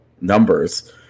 numbers